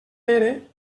pere